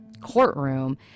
courtroom